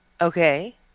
Okay